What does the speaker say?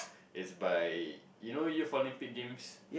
it's by you know Youth Olympic Games